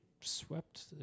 swept –